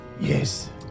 Yes